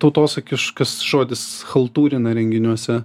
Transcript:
tautosakiškas žodis chaltūrina renginiuose